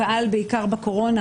זה פעל בעיקר בקורונה,